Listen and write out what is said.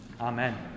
Amen